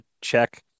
check